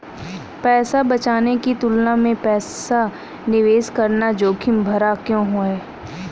पैसा बचाने की तुलना में पैसा निवेश करना जोखिम भरा क्यों है?